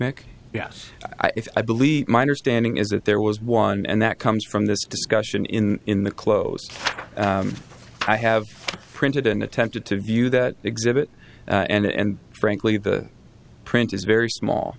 nick yes i believe my understanding is that there was one and that comes from this discussion in in the close i have printed and attempted to view that exhibit and frankly the print is very small